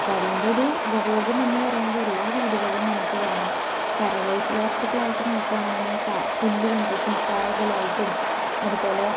അപ്പം അതിന്റ്റൊരു ഉപഭോഗം എന്ന് പറയുന്നത് എല്ലാ വീടുകളിലും നമുക്ക് കാണാം കരകൗശല വസ്തുക്കളായിട്ട് നോക്കുകയാണെന്നുണ്ടെങ്കിൽ പാ പുല്ല് കൊണ്ടുള്ള പുല്പ്പായകളായിട്ടും അതുപോലെ